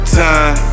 time